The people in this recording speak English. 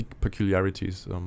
peculiarities